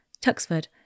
Tuxford